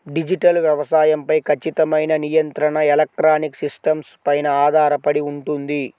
digital వ్యవసాయం పై ఖచ్చితమైన నియంత్రణ ఎలక్ట్రానిక్ సిస్టమ్స్ పైన ఆధారపడి ఉంటుంది